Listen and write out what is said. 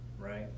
right